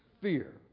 fear